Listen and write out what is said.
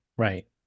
Right